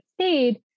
stayed